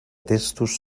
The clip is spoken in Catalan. testos